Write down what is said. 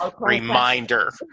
reminder